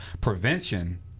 prevention